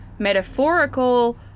metaphorical